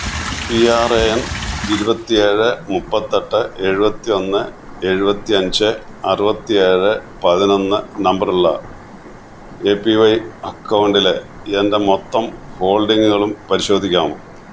P R A N ഇരുപത്തി ഏഴ് മുപ്പത്തെട്ട് എഴുപത്തിയൊന്ന് എഴുപത്തിയഞ്ച് അറുപത്തി ഏഴ് പതിനൊന്ന് നമ്പറുള്ള എ പി വൈ അക്കൗണ്ടിലെ എന്റെ മൊത്തം ഹോൾഡിംഗുകളും പരിശോധിക്കാമോ